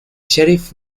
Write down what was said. sheriff